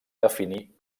definir